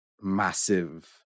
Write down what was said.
massive